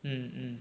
mm mm